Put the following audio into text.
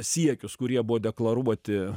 siekius kurie buvo deklaruoti